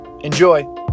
Enjoy